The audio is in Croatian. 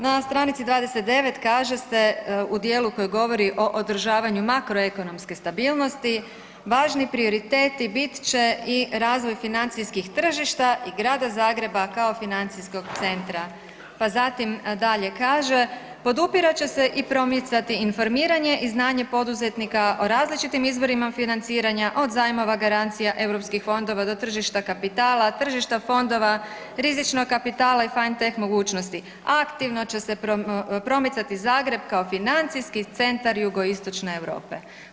Na stranici 29 kaže se u dijelu koji govori o održavanju makroekonomske stabilnosti „važni prioriteti bit će i razvoj financijskih tržišta i Grada Zagreba kao financijskog centra“, pa zatim dalje kaže „podupirat će se i promicati informiranje i znanje poduzetnika o različitim izvorima financiranja od zajmova garancija europskih fondova do tržišta kapitala, tržišta fondova, rizičnog kapitala i finetech mogućnosti, aktivno će se promicati Zagreb kao financijski centar Jugoistočne Europe“